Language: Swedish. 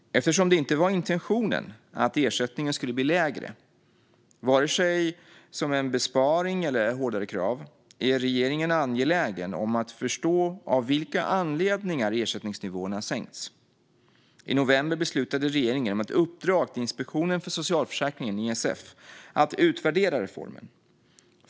Eftersom det inte var intentionen att ersättningen skulle bli lägre, vare sig till följd av en besparing eller hårdare krav, är regeringen angelägen om att förstå av vilka anledningar ersättningsnivåerna sänks. I november beslutade regeringen om ett uppdrag till Inspektionen för socialförsäkringen, ISF, att utvärdera reformen.